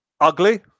ugly